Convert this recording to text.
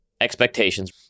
expectations